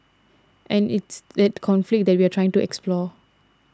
and it's that conflict that we are trying to explore